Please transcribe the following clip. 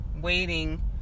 waiting